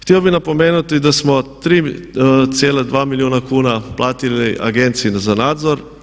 Htio bih napomenuti da smo 3,2 milijuna kuna platili Agenciji za nadzor.